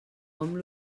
hom